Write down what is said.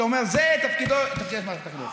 היית אומר: זה תפקידה של מערכת החינוך.